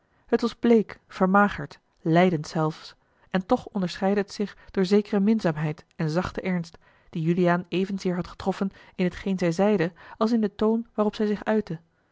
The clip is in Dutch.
het was bleek vermagerd lijdend zelfs en toch onderscheidde het zich door zekere minzaamheid en zachten ernst die juliaau evenzeer had getroffen in hetgeen zij zeide als in den toon waarop zij zich uitte